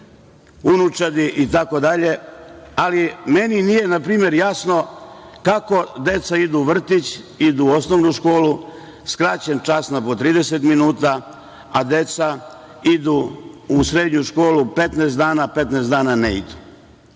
unučadi itd. Meni nije jasno kako deca idu u vrtić, idu u osnovnu školu, skraćen čas na po 30 minuta, a deca idu u srednju školu 15 dana, a 15 dana ne idu.